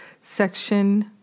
section